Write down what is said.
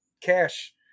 cash